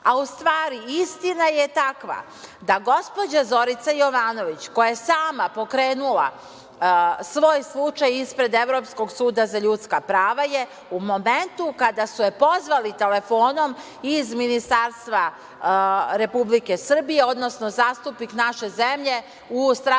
U stvari istina je takva da gospođa Zorica Jovanović, koja je sama pokrenula svoj slučaj ispred Evropskog suda za ljudska prava, je u momentu kada su je pozvali telefonom iz Ministarstva Republike Srbije, odnosno zastupnik naše zemlje u